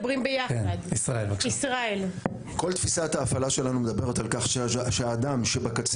כל תפיסת ההפעלה שלנו מדברת על כך שהאדם שבקצה